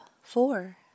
four